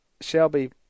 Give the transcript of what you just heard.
Shelby